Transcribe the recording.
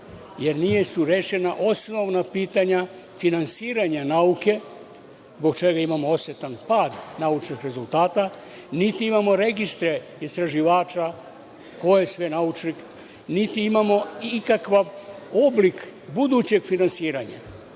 jer nisu rešena osnovna pitanja finansiranja nauke, zbog čega imamo osetan pad naučnih rezultata, niti imamo registre istraživača, koje sve naučnike, niti imamo ikakav oblik budućeg finansiranja.